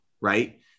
right